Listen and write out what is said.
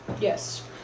Yes